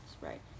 right